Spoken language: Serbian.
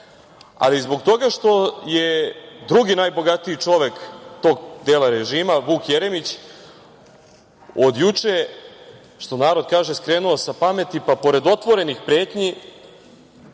zbog toga što je drugi najbogatiji čovek tog dela režima, Vuk Jeremić, od juče, što narod kaže, skrenuo sa pameti, pa pored otvorenih pretnji